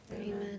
amen